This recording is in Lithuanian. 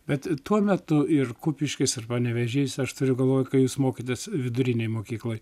bet tuo metu ir kupiškis ir panevėžys aš turiu galvoj kai jūs mokėtės vidurinėj mokykloj